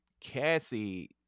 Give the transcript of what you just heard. Cassie